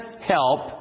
help